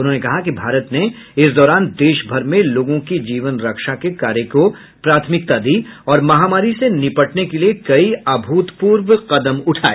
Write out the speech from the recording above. उन्होंने कहा कि भारत ने इस दौरान देश भर में लोगों की जीवन रक्षा के कार्य को प्राथमिकता दी और महामारी से निपटने के लिए कई अभूतपूर्व कदम उठाये